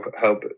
help